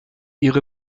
ihre